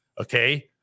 Okay